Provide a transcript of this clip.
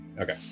Okay